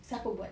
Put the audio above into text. siapa buat